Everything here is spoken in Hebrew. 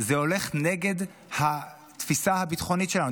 זה הולך נגד התפיסה הביטחונית שלנו,